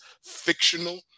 fictional